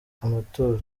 amatora